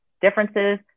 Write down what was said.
differences